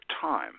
time